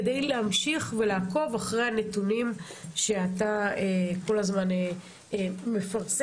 כדי להמשיך ולעקוב אחרי הנתונים שאתה כל הזמן מפרסם,